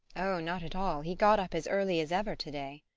oh, not at all. he got up as early as ever to-day.